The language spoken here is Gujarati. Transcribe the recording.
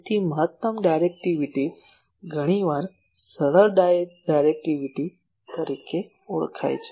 તેથી મહત્તમ ડાયરેક્ટિવિટી ઘણીવાર સરળ ડાયરેક્ટિવિટી તરીકે ઓળખાય છે